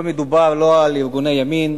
לא מדובר על ארגוני ימין,